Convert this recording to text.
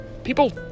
People